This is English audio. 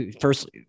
first